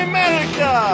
America